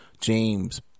James